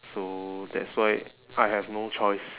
so that's why I have no choice